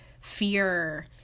fear